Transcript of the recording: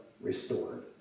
restored